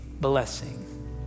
blessing